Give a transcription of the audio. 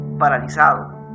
paralizado